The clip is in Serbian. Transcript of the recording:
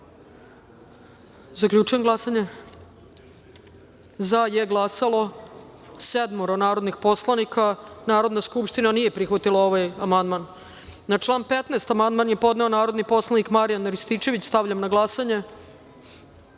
amandman. Zaključujem glasanje: za je glasalo sedmoro narodnih poslanika. Narodna skupština nije prihvatila ovaj amandman. Na član 15. amandman je podneo narodni poslanik Marijan Rističević. Stavljam na